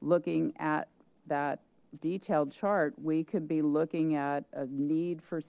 looking at that detailed chart we could be looking at a need for